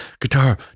guitar